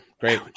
Great